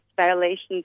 violations